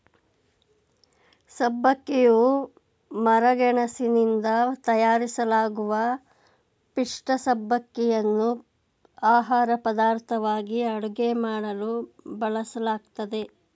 ಸಬ್ಬಕ್ಕಿಯು ಮರಗೆಣಸಿನಿಂದ ತಯಾರಿಸಲಾಗುವ ಪಿಷ್ಠ ಸಬ್ಬಕ್ಕಿಯನ್ನು ಆಹಾರಪದಾರ್ಥವಾಗಿ ಅಡುಗೆ ಮಾಡಲು ಬಳಸಲಾಗ್ತದೆ